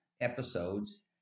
episodes